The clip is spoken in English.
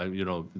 um you know,